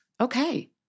Okay